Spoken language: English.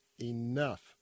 enough